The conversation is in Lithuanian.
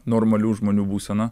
normalių žmonių būseną